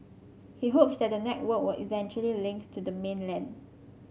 he hopes that the network will eventually links to the mainland